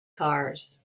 cars